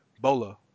Bola